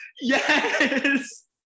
Yes